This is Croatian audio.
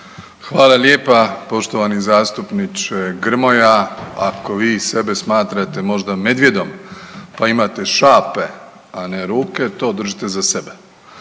Hvala lijepa poštovani zastupniče Grmoja. Ako vi sebe smatrate možda medvjedom, pa imate šape, a ne ruke, to držite za sebe.